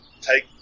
take